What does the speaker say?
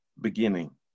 beginning